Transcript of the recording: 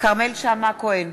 כרמל שאמה-הכהן,